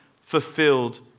fulfilled